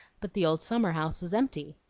but the old summer-house was empty.